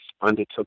undertook